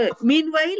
meanwhile